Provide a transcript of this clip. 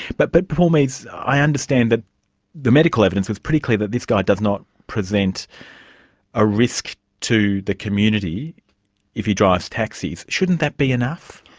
but but paul mees, i understand that the medical evidence is pretty clear that this guy does not present a risk to the community if he drives taxis. shouldn't that be enough?